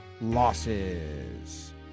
losses